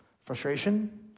Frustration